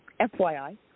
FYI